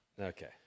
Okay